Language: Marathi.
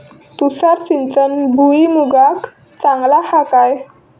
तुषार सिंचन भुईमुगाक चांगला हा काय?